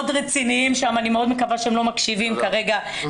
רציניים ואני מאוד מקווה שכרגע הם לא מקשיבים לשיח,